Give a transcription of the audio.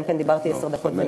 אלא אם כן דיברתי עשר דקות,